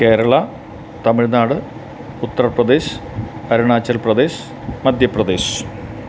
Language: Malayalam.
കേരള തമിഴ്നാട് ഉത്തർപ്രദേശ് അരുണാചൽ പ്രദേശ് മദ്ധ്യപ്രദേശ്